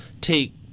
take